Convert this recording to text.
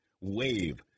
wave